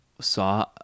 saw